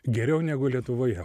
geriau negu lietuvoje